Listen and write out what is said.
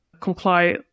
comply